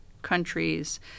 countries